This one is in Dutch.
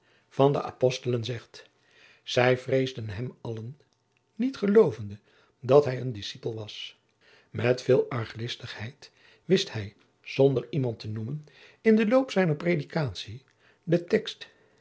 van de apostelen zegt zij vreesden hem allen niet geloovende dat hij een discipel was met veel arglistigheid wist hij zonder iemand te noemen in den loop zijner predikatie den tekst